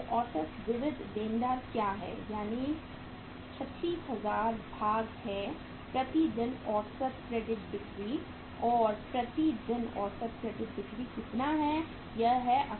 तो औसत विविध देनदार क्या है यानी 36000 भाग है प्रति दिन औसत क्रेडिट बिक्री और प्रति दिन औसत क्रेडिट बिक्री कितना है यह है 18000